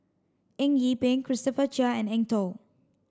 Eng Yee Peng Christopher Chia and Eng Tow